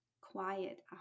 quiet